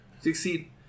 Succeed